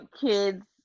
kids